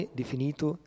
definito